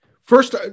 first